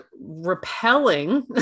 repelling